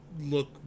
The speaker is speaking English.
look